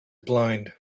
blind